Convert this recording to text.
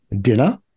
Dinner